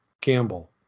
Campbell